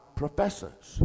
professors